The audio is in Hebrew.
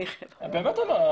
--- אני באמת אומר.